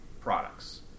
products